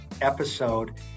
episode